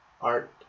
art